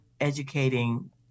educating